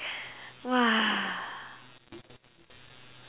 !wah!